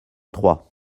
trois